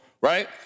right